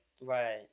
right